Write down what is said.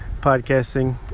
podcasting